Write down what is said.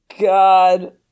god